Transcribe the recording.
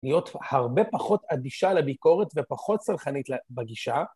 ‫להיות הרבה פחות אדישה לביקורת ‫ופחות סלחנית בגישה.